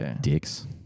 Dicks